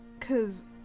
cause